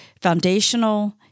foundational